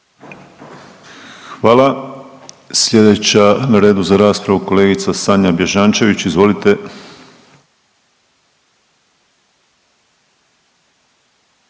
Hvala. Sljedeća na redu za raspravu kolegica Sanja Bježančević. Izvolite.